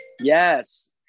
yes